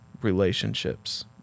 relationships